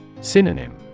Synonym